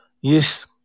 Yes